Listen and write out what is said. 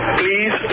please